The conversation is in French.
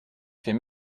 fait